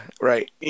right